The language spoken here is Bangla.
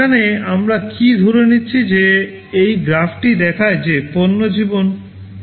এখানে আমরা কী ধরে নিচ্ছি যে এই গ্রাফটি দেখায় যে পণ্য জীবন 2W